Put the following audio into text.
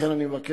לכן אני אבקש